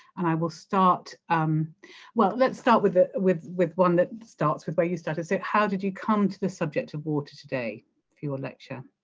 and i will start um well let's start with the with with one that starts with where you started so how did you come to the subject of water today for your lecture?